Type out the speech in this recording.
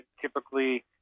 typically